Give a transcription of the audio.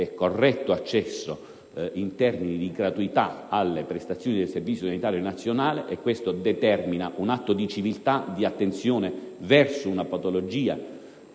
corretto accesso in termini di gratuità alle prestazioni del servizio sanitario nazionale: ciò rappresenta un atto di civiltà e di attenzione verso una patologia